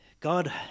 God